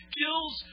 kills